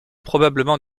probablement